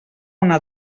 una